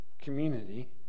community